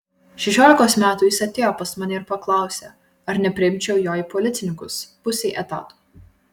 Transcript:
šešiolikos metų jis atėjo pas mane ir paklausė ar nepriimčiau jo į policininkus pusei etato